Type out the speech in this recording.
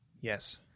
Yes